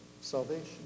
salvation